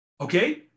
Okay